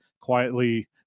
quietly